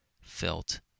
felt